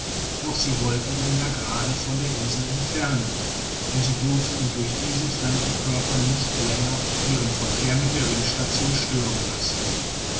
doch sie wollten ihn ja gerade von der insel entfernen denn sie durften durch diesen fremden körper nicht länger ihren verkehr mit der ringstation stören lassen